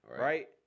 right